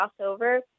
crossover